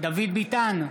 דוד ביטן,